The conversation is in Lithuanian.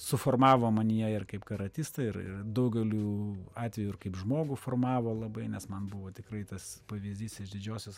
suformavo manyje ir kaip karatistą ir daugeliu atveju ir kaip žmogų formavo labai nes man buvo tikrai tas pavyzdys iš didžiosios